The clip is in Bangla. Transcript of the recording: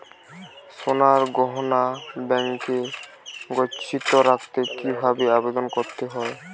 সোনার গহনা ব্যাংকে গচ্ছিত রাখতে কি ভাবে আবেদন করতে হয়?